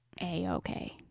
a-okay